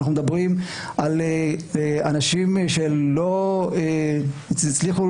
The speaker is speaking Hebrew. אנחנו מדברים על אנשים שלא הצליחו